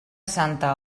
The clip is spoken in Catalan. santa